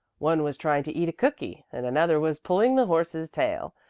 one was trying to eat a cookie, and another was pulling the horse's tail,